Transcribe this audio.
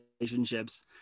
relationships